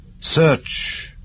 Search